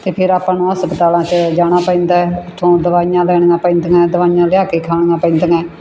ਅਤੇ ਫਿਰ ਆਪਾਂ ਨੂੰ ਹਸਪਤਾਲਾਂ 'ਚ ਜਾਣਾ ਪੈਂਦਾ ਉੱਥੋਂ ਦਵਾਈਆਂ ਲੈਣੀਆਂ ਪੈਂਦੀਆਂ ਦਵਾਈਆਂ ਲਿਆ ਕੇ ਖਾਣੀਆਂ ਪੈਂਦੀਆਂ